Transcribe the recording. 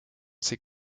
ces